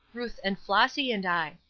ruth and flossy and i.